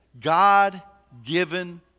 God-given